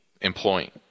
employing